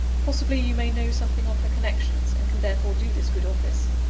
possibly, you may know something of her connections, and can therefore do this good office.